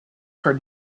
heard